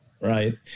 Right